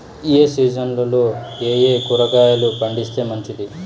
ఏ సీజన్లలో ఏయే కూరగాయలు పండిస్తే మంచిది